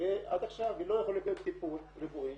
ועד עכשיו היא לא יכולה לקבל טיפול רפואי,